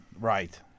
Right